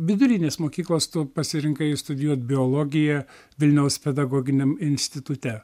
vidurinės mokyklos tu pasirinkai studijuot biologiją vilniaus pedagoginiam institute